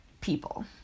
people